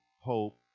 hope